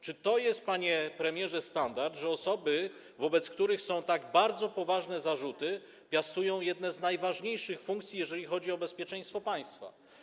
Czy to jest, panie premierze, standard, że osoby, wobec których są wysuwane tak bardzo poważne zarzuty, piastują jedne z najważniejszych funkcji, jeżeli chodzi o bezpieczeństwo państwa?